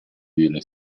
dire